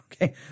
Okay